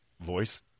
voice